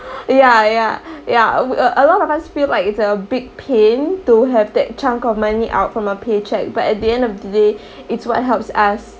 ya ya ya a lot of us feel like it's a big pain to have that chunk of money out from our paycheck but at the end of the day it's what helps us